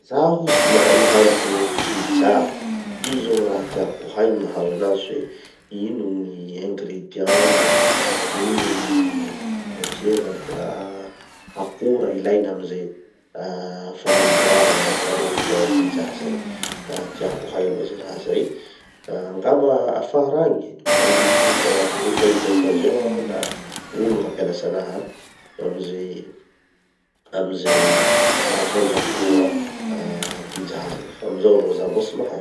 Zaho tsy mahay mahandro pizza. Io zao gny raha tiako ho hay gny mahandro anazy hoe ino gny ingredients, ino gny matiera ah akora ilaina amizay fagnamboara na fandrahoa pizza zay. Ah tiako ho hay aloha ze raha zay. Angamba afara agny, hahita mety hahita occasion aho na olo hampianatsy anaha amize amize fandrahoa ah pizza, fa amizao aloha zaho mbo tsy mahay.